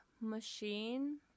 machine